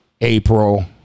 April